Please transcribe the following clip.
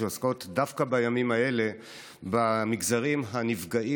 שעוסקות דווקא בימים האלה במגזרים הנפגעים